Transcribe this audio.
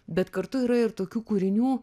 bet kartu yra ir tokių kūrinių